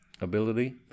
ability